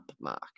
Mark